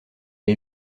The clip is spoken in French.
est